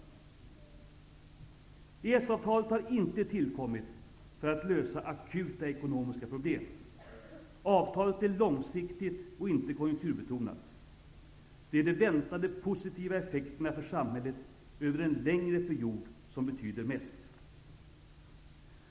EES-avtalet har inte tillkommit för att lösa akuta ekonomiska problem. Avtalet är långsiktigt och inte konjunkturbetonat. Det är de väntade positiva effekterna för samhället över en längre period som betyder mest.